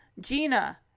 Gina